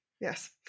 Yes